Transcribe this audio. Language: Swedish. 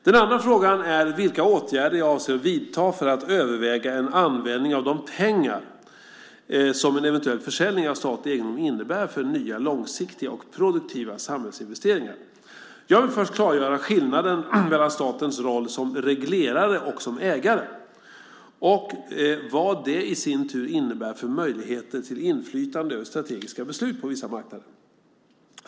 Den andra frågan är vilka åtgärder jag avser att vidta för att överväga en användning av de pengar som en eventuell försäljning av statlig egendom innebär för nya långsiktiga och produktiva samhällsinvesteringar. Jag vill först klargöra skillnaden mellan statens roll som reglerare och som ägare och vad det i sin tur innebär för möjligheter till inflytande över strategiska beslut på vissa marknader.